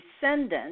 descendant